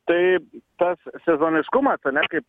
tai tas sezoniškumas ane kaip